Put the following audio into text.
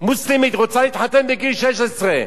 מוסלמית רוצה להתחתן בגיל 16,